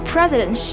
President